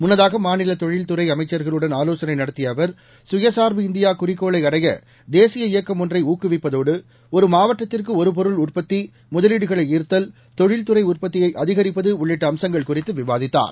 முன்னதாக மாநில தொழில்துறை அமைச்சர்களுடன் ஆலோசனை நடத்திய அவர் கயசார்பு இந்தியா குறிக்கோளை அடைய தேசிய இயக்கம் ஒன்றை ஊக்கவிப்பதோடு ஒரு மாவட்டத்திற்கு ஒரு பொருள் உற்பத்தி முதலீடுகளை ஈர்த்தல் தொழில்துறை உற்பத்தியை அதிகரிப்பது உள்ளிட்ட அம்ங்கள் குறித்து விவாதித்தார்